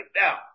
Now